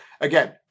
again